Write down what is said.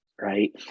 right